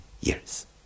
years